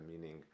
meaning